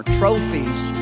trophies